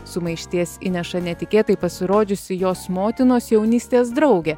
sumaišties įneša netikėtai pasirodžiusi jos motinos jaunystės draugė